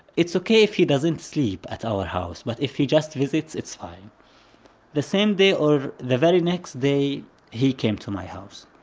it's ok if he doesn't sleep at our house. but if he visits, it's fine the same day or the very next day he came to my house.